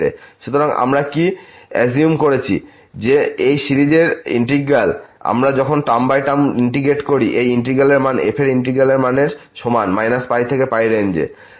সুতরাং আমরা কি আসিউম করেছি যে এই সিরিজের ইন্টিগ্র্যাল আমরা যখন টার্ম বাই টার্ম ইন্টিগ্রেট করি এই ইন্টিগ্র্যাল এর মান f এর ইন্টিগ্র্যাল মান এর সমান -π থেকে রেঞ্জ এ